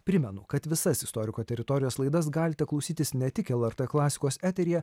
primenu kad visas istoriko teritorijos laidas galite klausytis ne tik lrt klasikos eteryje